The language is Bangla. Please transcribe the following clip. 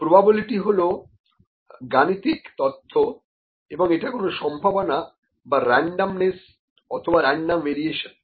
প্রোবাবিলিটি হলো গাণিতিক তত্ব এবং এটা কোনো সম্ভাবনা বা র্যানডমনেসঅথবা র্যানডম ভেরিয়েশন